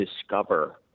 discover